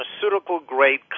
pharmaceutical-grade